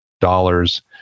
dollars